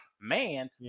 man